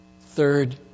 Third